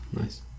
Nice